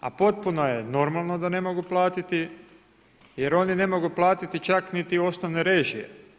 A potpuno je normalno da ne mogu platiti jer oni ne mogu platiti čak niti osnovne režije.